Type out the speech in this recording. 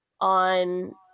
on